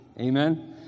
Amen